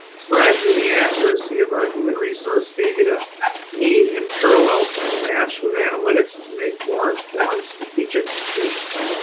strides in the accuracy of our human resource data need in parallel to be matched with analytics to make more informed strategic decisions.